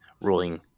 ruling